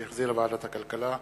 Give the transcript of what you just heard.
שהחזירה ועדת הכלכלה.